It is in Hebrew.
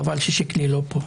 חבל ששיקלי לא פה.